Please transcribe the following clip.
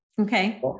Okay